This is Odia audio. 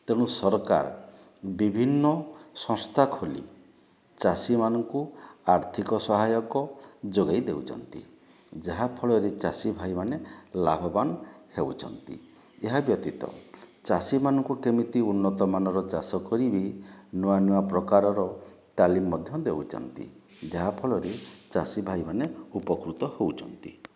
ତେଣୁ ସରକାର ବିଭିନ୍ନ ସଂସ୍ଥା ଖୋଲି ଚାଷୀମାନଙ୍କୁ ଆର୍ଥିକ ସହାୟକ ଯୋଗାଇ ଦେଉଛନ୍ତି ଯାହା ଫଳରେ ଚାଷୀ ଭାଇମାନେ ଲାଭବାନ ହେଉଛନ୍ତି ଏହା ବ୍ୟତୀତ ଚାଷୀମାନଙ୍କୁ କେମିତି ଉନ୍ନତମାନର ଚାଷ କରିବି ନୂଆ ନୂଆ ପ୍ରକାରର ତାଲିମ ମଧ୍ୟ ଦେଉଛନ୍ତି ଯାହା ଫଳରେ ଚାଷୀ ଭାଇମାନେ ଉପକୃତ ହେଉଛନ୍ତି